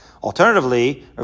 alternatively